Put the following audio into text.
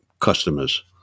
customers